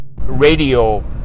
Radio